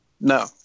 No